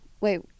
Wait